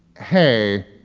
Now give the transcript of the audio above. hey,